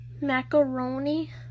Macaroni